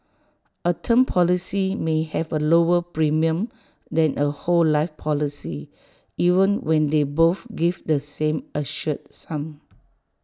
A term policy may have A lower premium than A whole life policy even when they both give the same assured sum